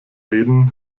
reden